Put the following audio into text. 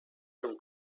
from